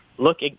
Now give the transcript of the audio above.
look